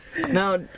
Now